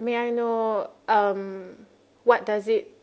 may I know um what does it